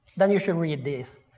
then you should read this,